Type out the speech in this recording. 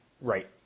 right